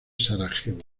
sarajevo